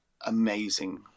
amazing